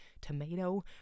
tomato